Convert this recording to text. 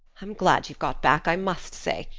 i'm glad you've got back, i must say.